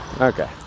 Okay